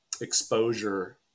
exposure